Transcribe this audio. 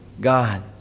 God